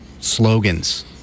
slogans